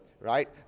right